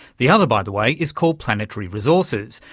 the other, by the way, is called planetary resources,